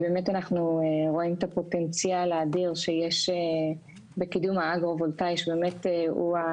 אנחנו רואים את הפוטנציאל האדיר שיש בקידום האגרו-וולטאי שבאמת הוא,